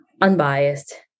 unbiased